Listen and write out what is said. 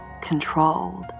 controlled